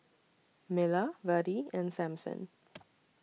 Miller Virdie and Sampson